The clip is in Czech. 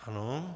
Ano.